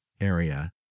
area